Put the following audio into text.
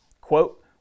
Quote